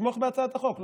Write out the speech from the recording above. לתמוך בהצעת החוק.